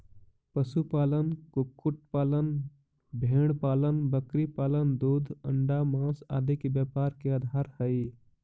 पशुपालन, कुक्कुट पालन, भेंड़पालन बकरीपालन दूध, अण्डा, माँस आदि के व्यापार के आधार हइ